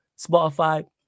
Spotify